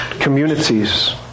Communities